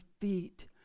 feet